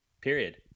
Period